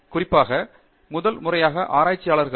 குறிப்பாக முதல் முறையாக ஆராய்ச்சியாளர்கள்